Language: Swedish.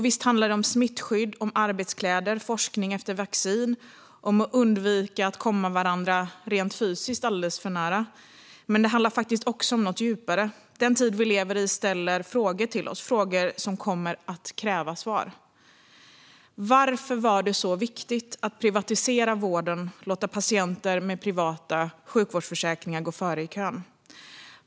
Visst handlar det om smittskydd, om arbetskläder, om forskning efter vaccin och om att undvika att komma varandra alldeles för nära rent fysiskt. Men det handlar faktiskt också om något djupare. Den tid vi lever i ställer frågor till oss som kommer att kräva svar. Varför var det så viktigt att privatisera vården och låta patienter med privata sjukvårdsförsäkringar gå före i kön?